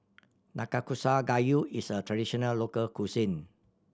Nanakusa Gayu is a traditional local cuisine